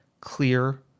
clear